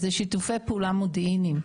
אלה שיתופי פעולה מודיעיניים,